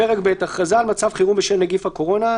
פרק ב' הכרזה על מצב חירום בשל נגיף הקורונה.